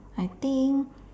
I think